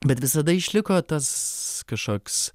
bet visada išliko tas kažkoks